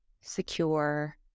secure